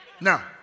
Now